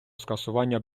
скасування